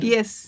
Yes